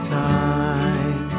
time